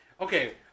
okay